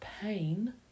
pain